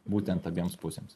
būtent abiems pusėms